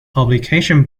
publication